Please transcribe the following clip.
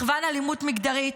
מחוון אלימות מגדרית,